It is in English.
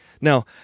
Now